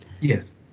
Yes